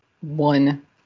one